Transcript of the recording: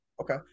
Okay